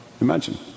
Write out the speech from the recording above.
Imagine